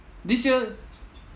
this year